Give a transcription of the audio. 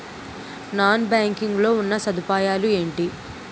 Non banking లో ఉన్నా సదుపాయాలు ఎంటి?